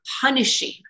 punishing